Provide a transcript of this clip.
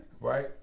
Right